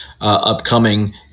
upcoming